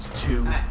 two